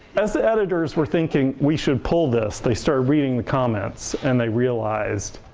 as editors were thinking, we should pull this, they started reading the comments and they realized